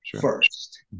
first